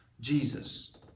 Jesus